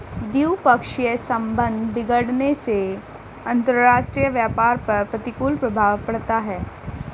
द्विपक्षीय संबंध बिगड़ने से अंतरराष्ट्रीय व्यापार पर प्रतिकूल प्रभाव पड़ता है